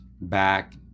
back